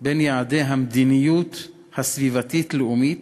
בין יעדי המדיניות הסביבתית-לאומית